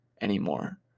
anymore